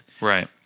Right